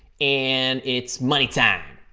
and it's money time.